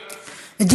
כספים.